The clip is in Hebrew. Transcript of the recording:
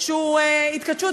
שהוא התכתשות,